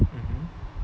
mmhmm